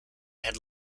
had